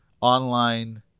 online